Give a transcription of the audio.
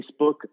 Facebook